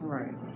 right